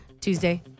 Tuesday